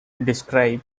described